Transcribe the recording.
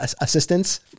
assistance